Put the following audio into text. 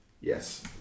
yes